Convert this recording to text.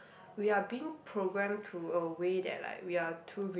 we are being program to a way that like we are too